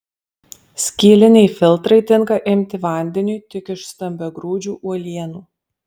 skyliniai filtrai tinka imti vandeniui tik iš stambiagrūdžių uolienų